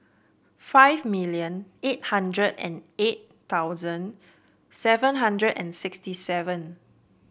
five million eight hundred and eight thousand seven hundred and sixty seven